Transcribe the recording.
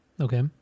Okay